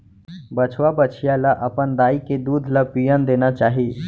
बछवा, बछिया ल अपन दाई के दूद ल पियन देना चाही